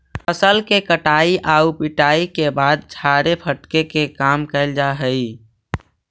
फसल के कटाई आउ पिटाई के बाद छाड़े फटके के काम कैल जा हइ